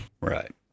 Right